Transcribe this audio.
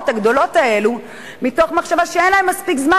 הגדולות האלו מתוך מחשבה שאין להם מספיק זמן,